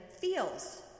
feels